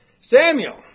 Samuel